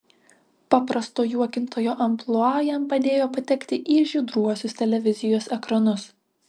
paprasto juokintojo amplua jam padėjo patekti į žydruosius televizijos ekranus